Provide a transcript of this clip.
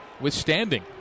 Withstanding